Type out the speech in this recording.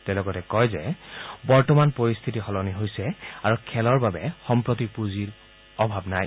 তেওঁ কয় যে বৰ্তমান পৰিস্থিতি সলনি হৈছে আৰু খেলৰ বাবে পুঁজিৰ অভাৱ নাই